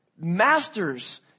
masters